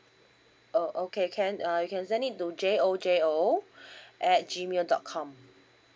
oh okay can uh you can send it to J O J O at G mail dot com